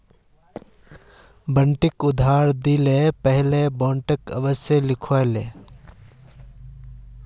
बहुत पहले ओखल और मूसलेर इस्तमाल स चावल आर भूसीक अलग राख छिल की